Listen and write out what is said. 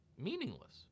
meaningless